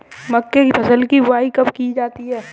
मक्के की फसल की बुआई कब की जाती है?